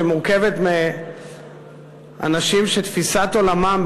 שמורכבת מאנשים שתפיסת עולמם,